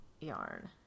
yarn